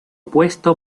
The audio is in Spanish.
puesto